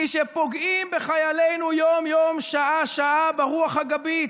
מי שפוגעים בחיילינו יום-יום, שעה-שעה, ברוח הגבית